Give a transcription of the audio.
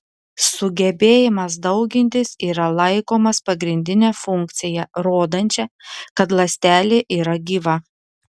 sugebėjimas daugintis yra laikomas pagrindine funkcija rodančia kad ląstelė yra gyva